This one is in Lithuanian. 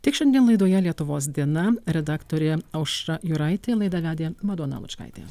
tiek šiandien laidoje lietuvos diena redaktorė aušra jūraitė laidą vedė madona lučkaitė